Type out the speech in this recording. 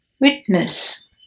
witness